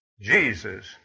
Jesus